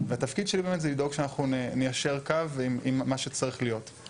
והתפקיד שלי באמת זה לדאוג שאנחנו ניישר קו עם מה שצריך להיות,